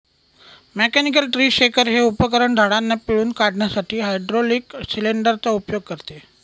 mechanical tree shaker हे उपकरण झाडांना पिळून काढण्यासाठी हायड्रोलिक सिलेंडर चा उपयोग करते